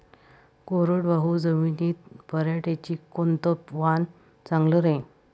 कोरडवाहू जमीनीत पऱ्हाटीचं कोनतं वान चांगलं रायीन?